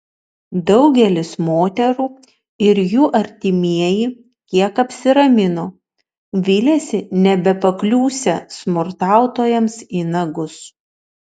daugelis moterų ir jų artimieji kiek apsiramino vylėsi nebepakliūsią smurtautojams į nagus